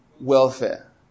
welfare